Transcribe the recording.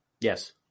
Yes